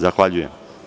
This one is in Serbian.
Zahvaljujem.